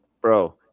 Bro